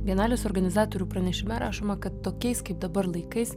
bienalės organizatorių pranešime rašoma kad tokiais kaip dabar laikais